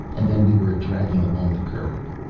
and then we were dragging along the curb.